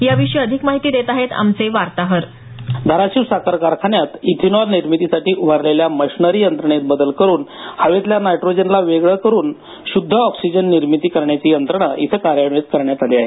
याविषयी अधिक माहिती देत आहेत आमचे उस्मानाबादचे वार्ताहर देविदास पाठक धाराशिव साखर कारखान्यात इथेनॉल निर्मितीसाठी उभारलेल्या मशिनरी यंत्रणेत बदल करून हवेतल्या नायट्रोजनला वेगळं करून शुद्ध ऑक्सिजन निर्मिती करण्याची यंत्रणा इथं कार्यान्वित करण्यात आली आहे